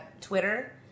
twitter